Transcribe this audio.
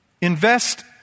Invest